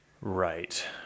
Right